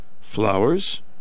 flowers